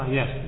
Yes